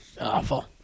Awful